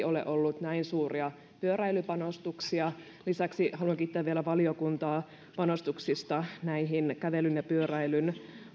ole ollut näin suuria pyöräilypanostuksia lisäksi haluan kiittää vielä valiokuntaa panostuksista näihin kävelyn ja pyöräilyn